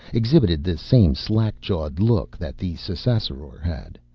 exhibited the same slack-jawed look that the ssassaror's had,